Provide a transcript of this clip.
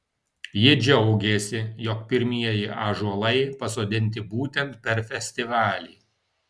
ji džiaugėsi jog pirmieji ąžuolai pasodinti būtent per festivalį